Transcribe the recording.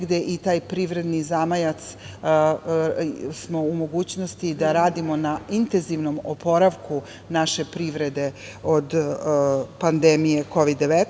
negde i taj privredni zamajac smo u mogućnosti da radimo na intenzivnom oporavku naše privrede od pandemije Kovid - 19.